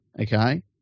Okay